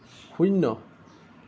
শূন্য